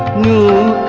new